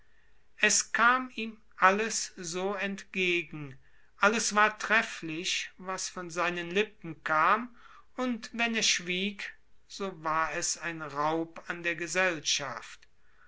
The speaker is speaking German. es kam ihm alles so entgegen alles war trefflich was von seinen lippen kam und wenn er schwieg so war es ein raub an der gesellschaft